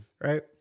right